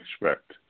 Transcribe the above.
expect